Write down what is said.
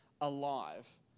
alive